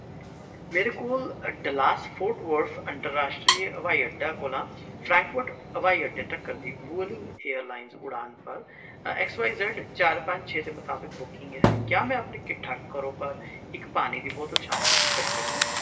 मेरे कोल Dallas Fort Worth अंतर राश्ट्री हवाई अड्डा कोला फ्रैंकफर्ट हवाई अड्डा तक्कर दी वुएलिंग एयरलाइंस उड़ान पर ऐक्स वाई जेड चार पंज छे दे मताबक बुकिंग ऐ क्या में अपने किट्ठा करो पर इक पानी दी बोतल शामल करी सकनां